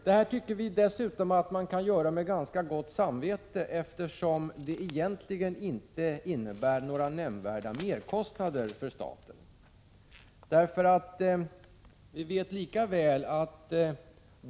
Det tyckte vi att man kunde föreslå med ganska gott samvete, eftersom det egentligen inte innebär några nämnvärda merkostnader för staten.